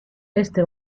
este